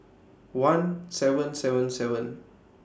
one seven seven seven